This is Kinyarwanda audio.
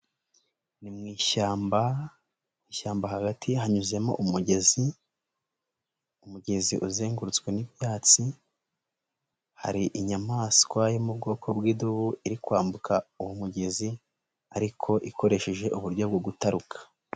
Ni mu ishyamba, ishyamba hagati hanyuzemo umugezi, umugezi uzengurutswe n'ibyatsi, hari inyamanswa yo mu bwoko bw'idubu iri kwambuka uwo mugezi ariko ikoresheje uburyo bwo gutaruka.